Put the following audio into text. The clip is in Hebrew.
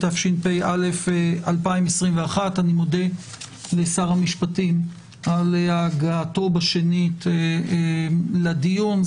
התשפ"א 2021. אני מודה לשר המשפטים על הגעתו בשנית לדיון.